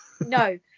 no